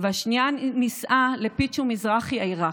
והשנייה נישאה לפיצ'ו מזרחי העיראקי,